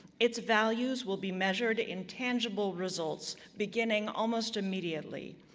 its values will be measured in tangible results, beginning almost immediately.